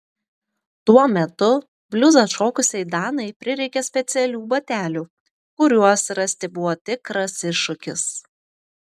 tuo metu bliuzą šokusiai danai prireikė specialių batelių kuriuos rasti buvo tikras iššūkis